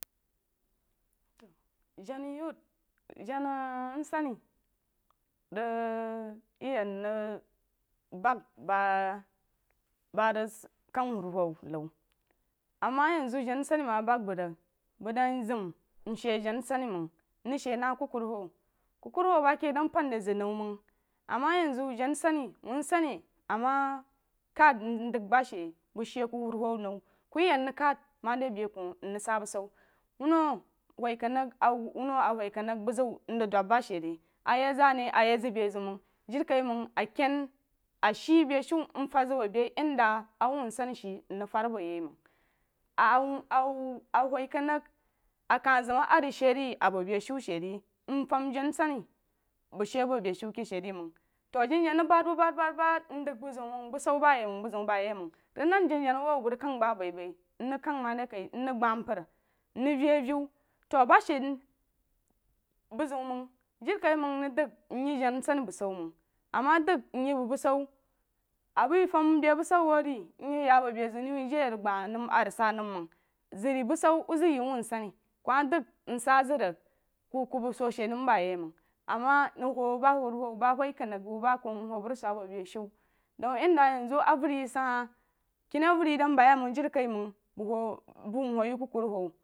Jana yauth jana nsani rig yoyan nrig bəg ba rig se kag wurowo niu ama yenzu jaria nsani ma bəg bəg rig məg dan zam nshe jana nsaní məng mrig she na kukuruwu kukuruwu ba ke dan pen de zəg niu məng ama yen zu jonansani ama kad mdəg ba she bəg she ku woruwu níu ku yí yəg mrig kada marí be ku mríg sa bu sáw wuno wuhkanrig a wuno wuhekanrig awu wuno a wuh kanrig bəg zəg wu mzəg dum ba she ri a yaízaní a yaí zabezíuməng jirikaiməng a ken a shịị beshu mfad zəg a be yenda wuunsani shịị mríg fad a bu ye məng a wu a wu a wahkenríg a kah zəm a rig she a bo be shu she re nfəm janamsarí bəg shịị a bo beshu she re məng to janajana ríg bad bu bad bad mdəg bu ziu məng busawbayeməng buziu ba ye məng rig dan janajana ba awouh bəg rig kag ba baí bai nkag ma de kaí mríg gadah mpər mrig weawou to ba she bu ziu məng jirikaiməg nəg mye jangmsarii bushu məng ama dəg mye bəg bushu a baí fəm be bushu wau re nye ya bo bezíu wuh jeí gdah nəm a rig sa nəm məng zəg de bushu wole zəg yi wunsani ku ma dəg sah zəg ríg ku bəg so she nəm ba yi məng ama nəg wou bawouwu ba woí kon ríg bu bəg ba ku mwou bəg rig sug abo be shu dau yen da avəri yi sad hahi keni avəri dan ba ye məng jirekaiməng bəg wou bu nwou ye kukuruwu